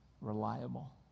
reliable